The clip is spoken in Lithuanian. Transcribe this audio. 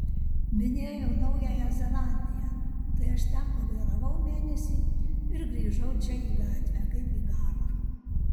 minėjau naująją zelandiją tai aš ten pavairavau mėnesį ir grįžau čia į gatvę kaip į karą